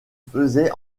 faisait